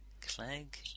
Clegg